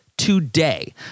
today